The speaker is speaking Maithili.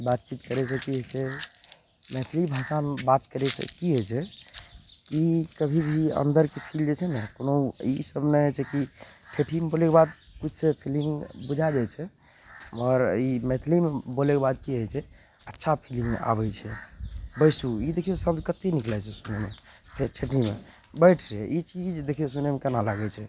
बातचीत करयसँ की होइ छै मैथिली भाषामे बात करयसँ की होइ छै कि कभी भी अन्दरके फील जे छै ने कोनो ई सभमे छै कि ठेठीमे बोलयके बाद किछु फीलिंग बुझय जाइ छै मगर ई मैथिलीमे बोलयके बाद की होइ छै अच्छा फीलिंग आबय छै बैसू ई देखियौ शब्द कते नीक लागय छै सुनयमे फेर ठेठीमे बैठरे ई चीज देखियौ सुनयमे केना लागय छै